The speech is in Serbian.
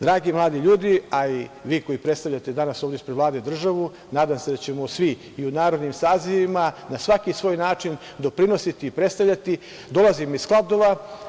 Dragi mladi ljudi, a i vi koji predstavljate danas ovde ispred Vlade državu, nadam se da ćemo svi i u narednim sazivima na svaki svoj način doprinositi i predstavljati, dolazim iz Kladova.